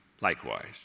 likewise